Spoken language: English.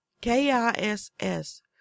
K-I-S-S